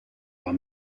war